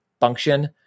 function